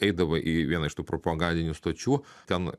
eidavai į vieną iš tų propagandinių stočių ten